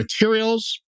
materials